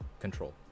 control